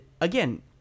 again